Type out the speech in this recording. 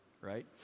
right